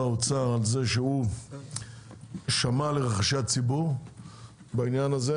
האוצר על זה ששמע לרחשי הציבור בעניין הזה,